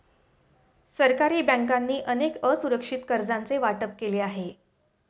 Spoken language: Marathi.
सरकारी बँकांनी अनेक असुरक्षित कर्जांचे वाटप केले आहे